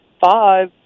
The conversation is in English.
five